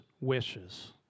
wishes